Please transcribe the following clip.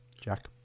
Jack